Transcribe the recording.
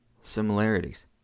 similarities